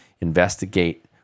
investigate